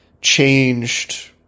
changed